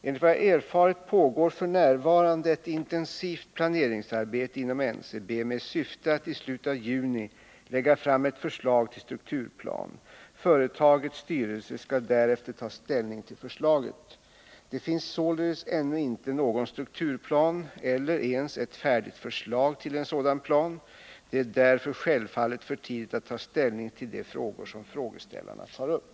Enligt vad jag erfarit pågår f. n. ett intensivt planeringsarbete inom NCB med syfte att man i slutet av juni skall lägga fram ett förslag till strukturplan. Företagets styrelse skall därefter ta ställning till förslaget. Det finns således ännu inte någon strukturplan eller ens ett färdigt förslag till en sådan plan. Det är därför självfallet för tidigt att ta ställning till de frågor som frågeställarna tar upp.